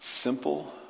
simple